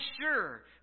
sure